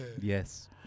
Yes